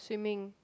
swimming